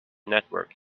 network